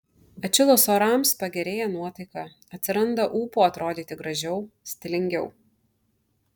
atšilus orams pagerėja nuotaika atsiranda ūpo atrodyti gražiau stilingiau